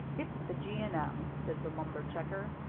it's the g. and m, said the lumber checker.